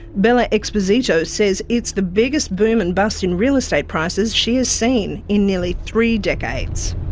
bella exposito says it's the biggest boom and bust in real estate prices she has seen in nearly three decades.